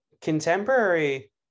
Contemporary